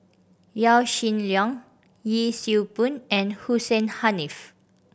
Yaw Shin Leong Yee Siew Pun and Hussein Haniff